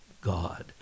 God